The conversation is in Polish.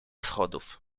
schodów